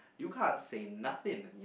you can't say nothing